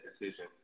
decision